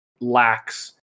lacks